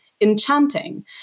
enchanting